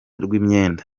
rw’imyenda